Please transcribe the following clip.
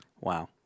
Wow